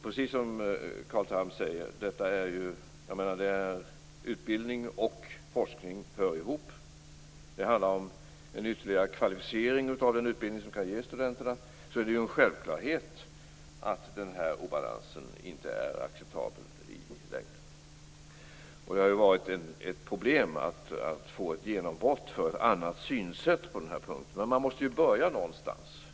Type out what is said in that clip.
Precis som Carl Tham säger hör utbildning och forskning ihop. När det handlar om en ytterligare kvalificering av den utbildning som kan ges studenterna är det en självklarhet att denna obalans inte är acceptabel i längden. Det har varit ett problem att få ett genombrott för ett annat synsätt på den här punkten, men man måste ju börja någonstans.